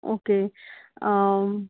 okay